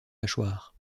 mâchoire